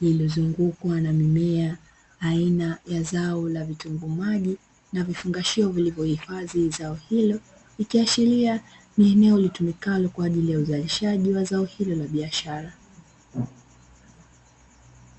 lililozungukwa na mimea aina ya zao la vitunguu maji na vifungashio vilivyohifadhi zao hilo, ikiashiria ni eneo litumikalo kwa ajili ya uzalishaji wa zao hilo la biashara.